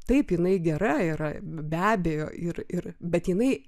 taip jinai gera yra be abejo ir ir bet jinai